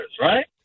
right